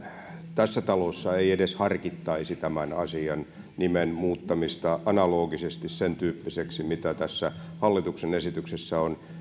tässä talossa ei edes harkittaisi tämän nimen muuttamista analogisesti sen tyyppiseksi mitä tässä hallituksen esityksessä on